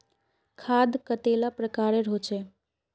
खाद कतेला प्रकारेर होचे?